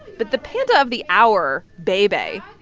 but the panda of the hour, bei bei,